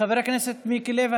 חבר הכנסת מיקי לוי,